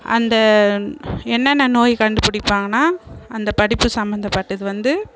அந்த என்னென்ன நோய் கண்டுப்பிடிப்பாங்கனா அந்த படிப்பு சம்பந்தப்பட்டது வந்து